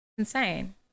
Insane